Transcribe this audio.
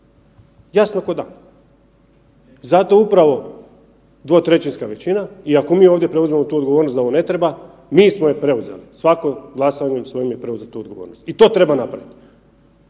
jasno ko dan. Zato upravo dvotrećinska većina i ako mi ovdje preuzmemo tu odgovornost da ovo ne treba, mi smo je preuzeli, svako je glasanjem svojim preuzeo tu odgovornost i to treba napraviti.